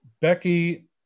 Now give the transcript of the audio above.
becky